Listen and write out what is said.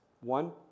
one